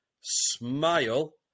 smile